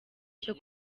cyo